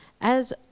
as